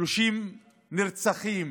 30 נרצחים